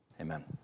Amen